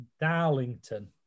Darlington